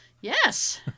Yes